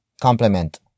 Complement